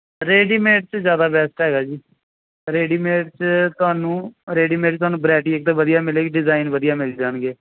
readymade 'ਚ ਜ਼ਿਆਦਾ best ਹੈਗਾ ਜੀ ਰੇਡੀਮੇਡ 'ਚ ਤੁਹਾਨੂੰ ਰੇਡੀਮੇਡ 'ਚ ਤੁਹਾਨੂੰ ਵਰਾਇਟੀ ਇੱਕ ਤਾਂ ਵਧੀਆ ਮਿਲੇਗੀ ਡਿਜ਼ਾਇਨ ਵਧੀਆ ਮਿਲ ਜਾਣਗੇ